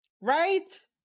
Right